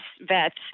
vets